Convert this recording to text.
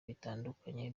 bitandukanye